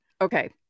Okay